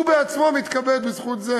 הוא בעצמו מתכבד בזכות זה